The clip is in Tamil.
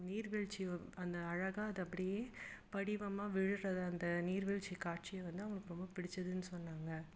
நீர் வீழ்ச்சி அந்த அழகாக அது அப்படியே படிவமாக விழுறதை அந்த நீர் வீழ்ச்சி காட்சியை வந்து அவங்களுக்கு ரொம்ப பிடிச்சதுன்னு சொன்னாங்க